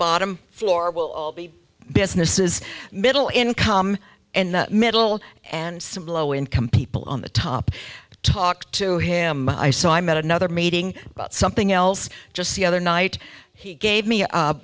bottom floor will businesses middle income and middle and some low income people on the top talk to him i so i met another meeting about something else just the other night he gave me a